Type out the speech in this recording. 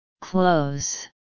Close